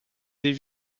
des